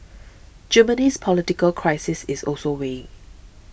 Germany's political crisis is also weighing